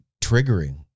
triggering